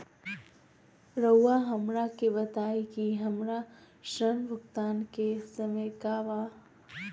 रहुआ हमरा के बताइं कि हमरा ऋण भुगतान के समय का बा?